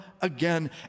again